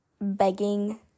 begging